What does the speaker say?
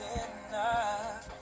enough